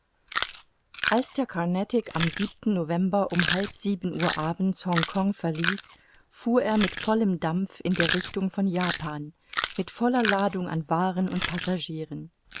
als der carnatic am november um halb sieben uhr abends hongkong verließ fuhr er mit vollem dampf in der richtung von japan mit voller ladung an waaren und